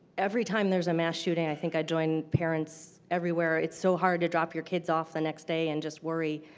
every time there's a mass shooting, i think i join parents everywhere, it's so hard to drop your kids off the next day and just worry.